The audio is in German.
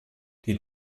die